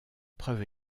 preuve